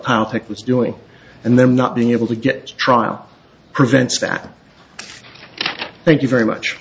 thick was doing and then not being able to get trial prevents that thank you very much